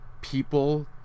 people